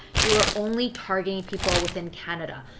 you are only targeting people within canada.